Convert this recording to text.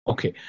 Okay